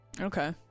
Okay